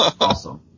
Awesome